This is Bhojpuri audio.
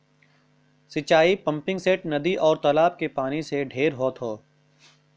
सिंचाई पम्पिंगसेट, नदी, आउर तालाब क पानी से ढेर होत हौ